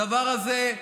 הדבר הזה,